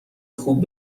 خوب